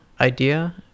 idea